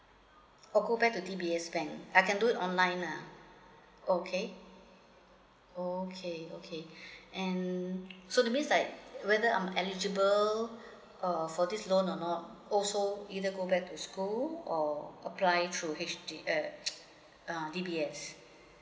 orh go back to D_B_S bank I can do it online lah okay okay okay and so this means like whether I'm eligible uh for this loan or not also either go back to school or apply through H_D uh uh D_B_S